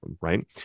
right